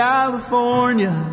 California